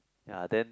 ya then